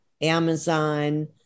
Amazon